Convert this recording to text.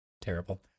Terrible